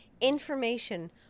information